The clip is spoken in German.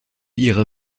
ihrer